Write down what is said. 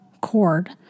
cord